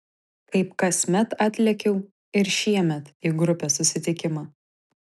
kaip kasmet atlėkiau ir šiemet į grupės susitikimą